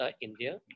India